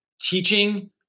teaching